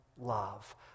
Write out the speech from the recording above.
love